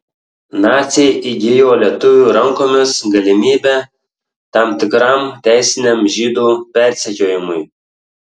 naciai įgijo lietuvių rankomis galimybę tam tikram teisiniam žydų persekiojimui